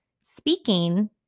speaking